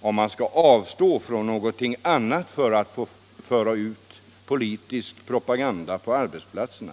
huruvida man skall avstå från någonting annat för att föra ut politisk propaganda på arbetsplatserna.